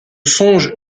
songe